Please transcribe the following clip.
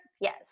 yes